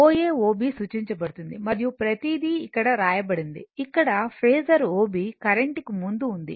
OA OB సూచించబడింది మరియు ప్రతిదీ ఇక్కడ వ్రాయబడింది ఇక్కడ ఫేసర్ OB కరెంట్ కి ముందు ఉంది